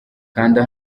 kanda